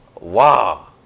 Wow